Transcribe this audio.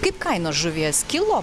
kaip kainos žuvies kilo